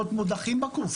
יש עשרות מודחים בקורס.